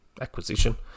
acquisition